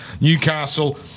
Newcastle